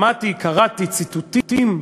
שמעתי, קראתי ציטוטים,